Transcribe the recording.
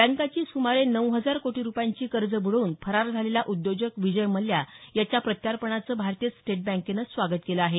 बँकांची सुमारे नऊ हजार कोटी रुपयांची कर्ज ब्डवून फरार झालेला उद्योजक विजय मल्ल्या याच्या प्रत्यापणाचं भारतीय स्टेट बँकेनं स्वागत केलं आहे